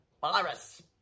virus